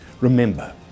Remember